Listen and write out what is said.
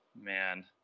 man